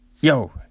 Yo